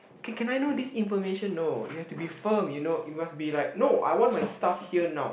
can can I know this information no you have to be firm you know you must be like no I want my staff here now